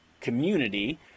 community